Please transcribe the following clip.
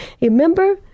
remember